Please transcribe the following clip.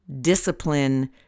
discipline